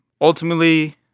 ultimately